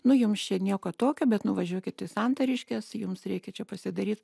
nu jums čia nieko tokio bet nuvažiuokit į santariškes jums reikia čia pasidaryt